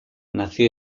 nació